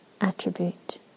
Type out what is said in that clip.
attribute